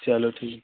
चलो ठीक